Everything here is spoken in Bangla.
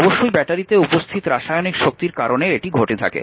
অবশ্যই ব্যাটারিতে উপস্থিত রাসায়নিক শক্তির কারণে এটি ঘটে থাকে